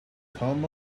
come